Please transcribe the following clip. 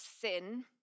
sin